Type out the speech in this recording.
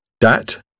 dat